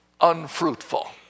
unfruitful